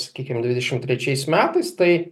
sakykim dvidešimt trečiais metais tai